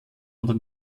oder